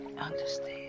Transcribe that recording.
understand